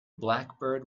blackbird